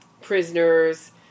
prisoners